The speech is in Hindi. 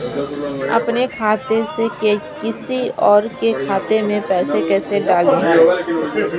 अपने खाते से किसी और के खाते में पैसे कैसे डालें?